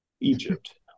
Egypt